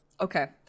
Okay